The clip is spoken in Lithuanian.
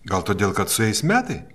gal todėl kad sueis metai